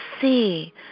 see